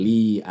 Lee